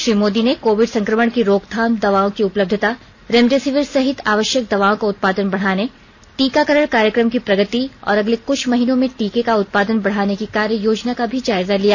श्री मोदी ने कोविड संक्रमण की रोकथाम दवाओं की उपलब्धता रेमडेसिविर सहित आवश्यक दवाओं का उत्पादन बढाने टीकाकरण कार्यक्रम की प्रगति और अगले कुछ महीनों में टीके का उत्पादन बढाने की कार्य योजना का भी जायजा लिया